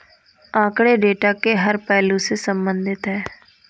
आंकड़े डेटा के हर पहलू से संबंधित है